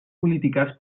polítiques